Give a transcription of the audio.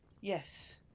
Yes